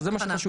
זה מה שחשוב.